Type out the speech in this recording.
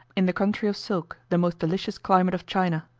in the country of silk, the most delicious climate of china.